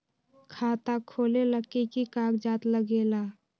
खाता खोलेला कि कि कागज़ात लगेला?